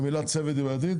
והמילה צוות היא בעייתית,